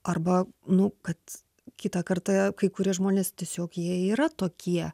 arba nu kad kitą kartą kai kurie žmonės tiesiog jie yra tokie